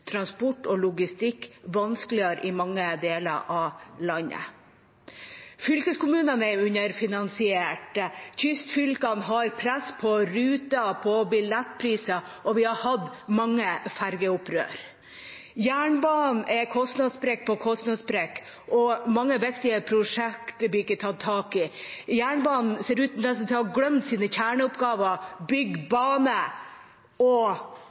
transport og logistikk vanskeligere i mange deler av landet. Fylkeskommunene er underfinansiert. Kystfylkene har press på ruter og på billettpriser, og vi har hatt mange fergeopprør. Jernbanen har kostnadssprekk på kostnadssprekk, og mange viktige prosjekt blir ikke tatt tak i. Jernbanen ser nesten ut til å ha glemt sine kjerneoppgaver – bygge bane og